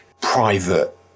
private